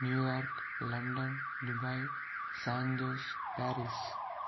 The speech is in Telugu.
New York London Dubai San Jose Paris